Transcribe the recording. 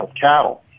cattle